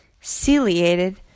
ciliated